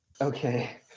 Okay